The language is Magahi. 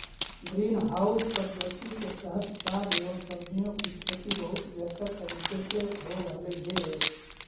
ग्रीन हाउस पद्धति के तहत साग एवं सब्जियों की खेती बहुत बेहतर तरीके से हो रहलइ हे